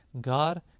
God